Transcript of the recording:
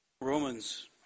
Romans